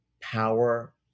power